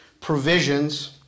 provisions